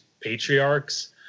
Patriarchs